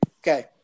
Okay